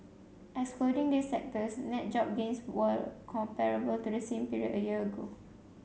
excluding these sectors net job gains were comparable to the same period a year ago